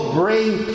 brain